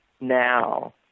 now